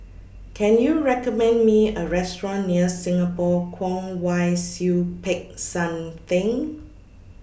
Can YOU recommend Me A Restaurant near Singapore Kwong Wai Siew Peck San Theng